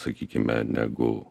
sakykime negu